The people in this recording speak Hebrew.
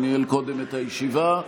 שניהל קודם את הישיבה.